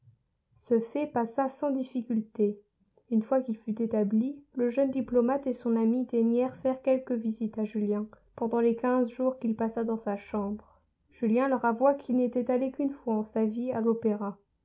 ce fait passa sans difficulté une fois qu'il fut établi le jeune diplomate et son ami daignèrent faire quelques visites à julien pendant les quinze jours qu'il passa dans sa chambre julien leur avoua qu'il n'était allé qu'une fois en sa vie à l'opéra